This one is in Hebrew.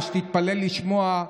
ותתפלא לשמוע,